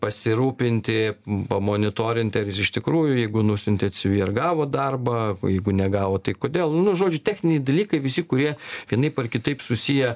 pasirūpinti pamonirotinti ar jis iš tikrųjų jeigu nusiuntė cv ar gavo darbą o jeigu negavo tai kodėl nu žodžiu techniniai dalykai visi kurie vienaip ar kitaip susiję